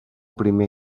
primer